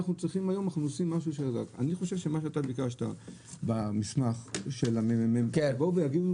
אני חושב שמה שאתה ביקשת במסמך של מרכז המחקר והמידע,